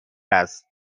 است